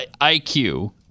IQ